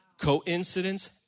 Coincidence